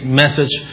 message